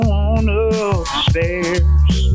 upstairs